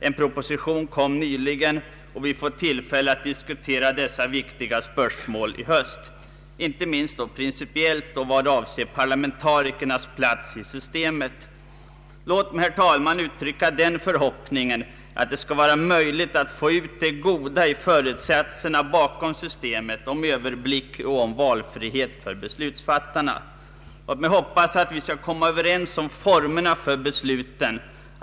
En proposition kom nyligen, och vi får tillfälle att diskutera dessa viktiga spörsmål i höst, inte minst principiellt och vad avser parlamentarikernas plats i systemet. Låt mig, herr talman, uttrycka den förhoppningen att det skall vara möjligt att få ut det goda i föresatserna bakom systemet om överblick och valfrihet för beslutsfattarna. Låt mig hoppas att vi skall komma överens om formerna för besluten.